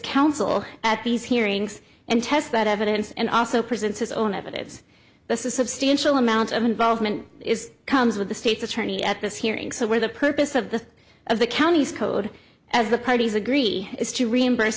counsel at these hearings and test that evidence and also present his own evidence that's a substantial amount of involvement is comes with the state's attorney at this hearing so where the purpose of the of the county's code as the parties agree is to reimburse